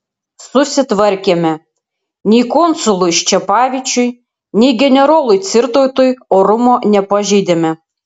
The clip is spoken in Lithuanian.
susitvarkėme nei konsului ščepavičiui nei generolui cirtautui orumo nepažeidėme